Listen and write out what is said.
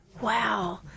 Wow